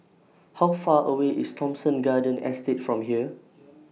How Far away IS Thomson Garden Estate from here